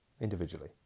individually